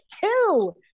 two